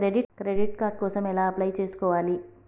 Credit card కోసం ఎలా apply చేసుకోవాలి?